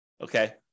okay